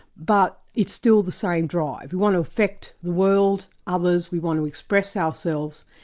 but it's still the same drive. we want to affect the world, others, we want to express ourselves.